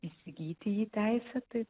įsigyti jį teisėtai